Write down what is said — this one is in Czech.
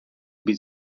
být